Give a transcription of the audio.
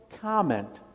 comment